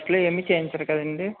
ఫస్ట్లో ఏమీ చేయించరు కదు అండి